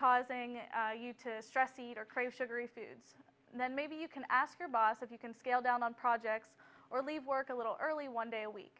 causing you to stress eat or crave sugary foods and then maybe you can ask your boss if you can scale down on projects or leave work a little early one day a week